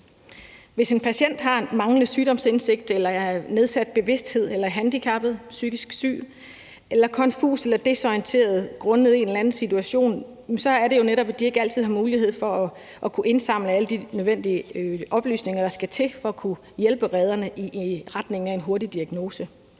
Hvis en patient har manglende sygdomsindsigt eller nedsat bevidsthed eller er handicappet, psykisk syg eller konfus eller desorienteret grundet en eller anden situation, så er det jo netop, at de ikke altid har mulighed for at kunne indsamle alle de nødvendige oplysninger, der skal til for at kunne hjælpe redderne i retning af en hurtig diagnose.